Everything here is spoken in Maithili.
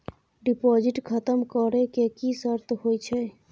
डिपॉजिट खतम करे के की सर्त होय छै?